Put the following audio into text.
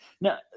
Now